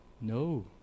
No